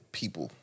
people